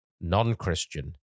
non-Christian